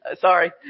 Sorry